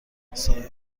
صاحب